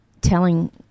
telling